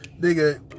nigga